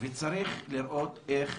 וצריך לראות איך